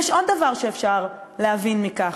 יש עוד דבר שאפשר להבין מכך.